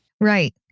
Right